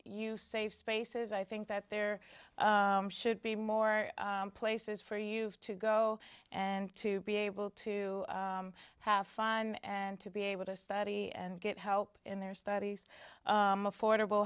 you save spaces i think that there should be more places for you to go and to be able to have fun and to be able to study and get help in their studies affordable